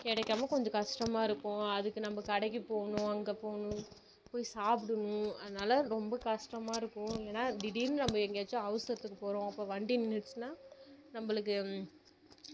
கிடைக்காம கொஞ்சம் கஷ்டமாக இருக்கும் அதுக்கு நம்ப கடைக்கு போகணும் அங்கே போகணும் போய் சாப்டணும் அதனால் ரொம்ப கஷ்டமாக இருக்கும் ஏனால் திடீர்னு நம்ப எங்கேயாச்சும் அவசரத்துக்கு போகிறோம் அப்போ வண்டி நின்னுடுச்சுனா நம்பளுக்கு